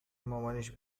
مامانش